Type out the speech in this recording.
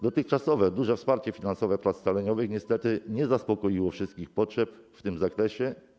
Dotychczasowe duże wsparcie finansowe prac scaleniowych niestety nie zaspokoiło wszystkich potrzeb w tym zakresie.